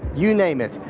you name it.